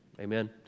Amen